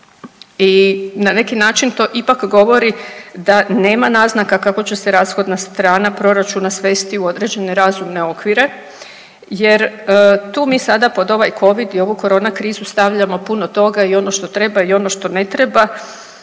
i na neki način to ipak govori da nema naznaka kako će se rashodna strana proračuna svesti u određene razumne okvire jer tu mi sad pod ovaj covid i ovu korona krizu stavljamo puno toga i ono što treba i ono što ne treba.